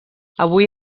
avui